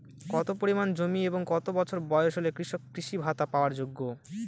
কত পরিমাণ জমি এবং কত বছর বয়স হলে কৃষক কৃষি ভাতা পাওয়ার যোগ্য?